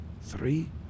three